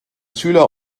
schüler